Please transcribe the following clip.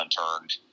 unturned